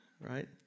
Right